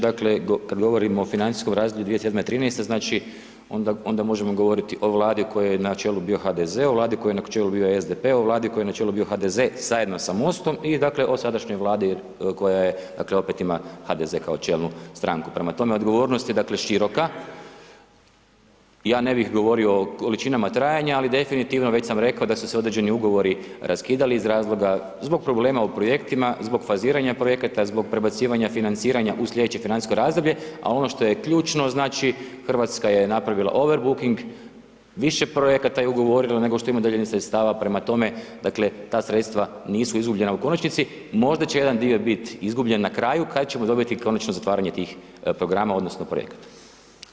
Dakle, kad govorimo o financijskog razdoblju 2007.-2013., znači, onda možemo govoriti o Vladi kojoj je na čelu bio HDZ, Vladi kojoj na čelu je bio SDP, Vladu kojoj na čelu je bio HDZ zajedno sa MOST-om i dakle o sadašnjoj Vladi koja je, dakle, opet ima HDZ kao čelnu stranku, prema tome je odgovornost je široka, ja ne bih govorio o količinama trajanja, ali definitivno, već sam rekao da su se određeni ugovori raskidali iz razloga, zbog problema u projektima, zbog faziranja projekata, zbog prebacivanja financiranja u sljedeće financijsko razdoblje, a ono što je ključno, znači, Hrvatska je napravila overbooking, više projekata je ugovorila nego što ima dodijeljenih sredstava, prema tome, ta sredstva nisu izgubljena u konačnici, možda će jedan dio biti izgubljen, na kraju kad ćemo dobiti konačno zatvaranje tih programa, odnosno projekata.